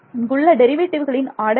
இங்கு உள்ள டெரிவேட்டிவ்களின் ஆர்டர் என்ன